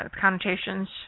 Connotations